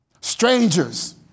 strangers